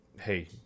hey